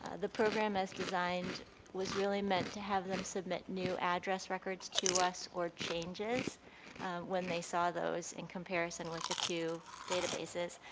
ah the program as designed was really meant to have nem submit new address records to us or changes when they saw those in comparison with the two databases.